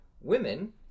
Women